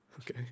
Okay